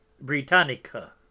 Britannica